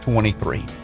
Twenty-three